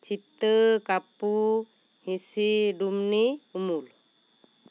ᱪᱷᱤᱛᱟᱹ ᱠᱟᱹᱯᱩ ᱦᱤᱥᱤ ᱰᱩᱢᱱᱤ ᱩᱢᱩᱞ